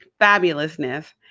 fabulousness